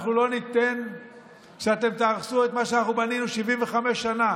אנחנו לא ניתן שאתם תהרסו את מה שאנחנו בנינו 75 שנה,